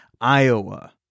iowa